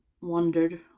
wondered